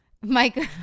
Mike